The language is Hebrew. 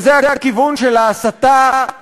וזה הכיוון של ההסתה,